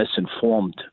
misinformed